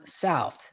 south